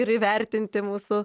ir įvertinti mūsų